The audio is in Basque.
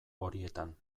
horietan